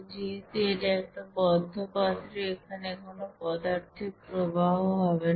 যেহেতু এটা একটা বদ্ধ পাত্র এখানে কোন পদার্থের প্রবাহ হবে না